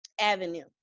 avenue